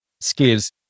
skills